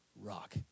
rock